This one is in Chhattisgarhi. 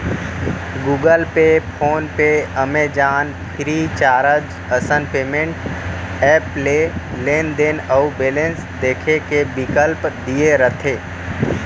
Google Pay, PhonePe, Amazon, FreeCharge असन पेंमेंट ऐप ले लेनदेन अउ बेलेंस देखे के बिकल्प दिये रथे